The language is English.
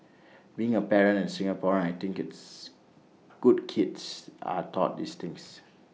being A parent and Singaporean I think it's good kids are taught these things